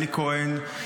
אלי כהן,